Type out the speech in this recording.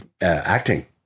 acting